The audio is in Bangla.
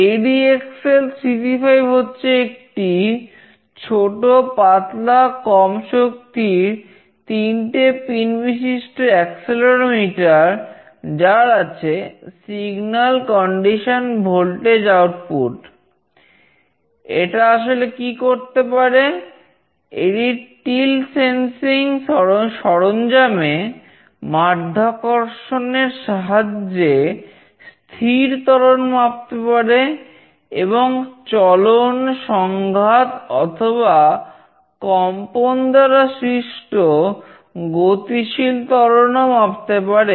ADXL 335 হচ্ছে একটি ছোট পাতলা কম শক্তির তিনটে পিন বিশিষ্ট অ্যাক্সেলেরোমিটার সরঞ্জামে মাধ্যাকর্ষণ এর সাহায্যে স্থির ত্বরণ মাপতে পারে এবং চলন সংঘাত অথবা কম্পন দ্বারা সৃষ্ট গতিশীল ত্বরণও মাপতে পারে